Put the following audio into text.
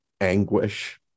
anguish